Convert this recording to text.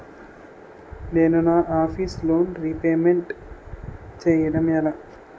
నేను నా office loan repayment చేయడం ఎలా?